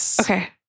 Okay